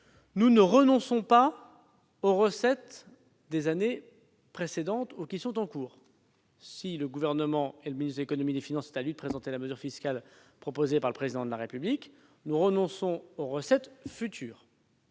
nous ne renonçons pas aux recettes des années précédentes, ni à celles qui sont en cours- c'est au ministre de l'économie et des finances qu'il revient de présenter la mesure fiscale proposée par le Président de la République. Nous renonçons aux recettes futures,